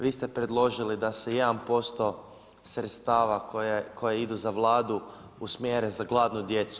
Vi ste predložili da se 1% sredstava koja idu za Vladu usmjere za gladnu djecu.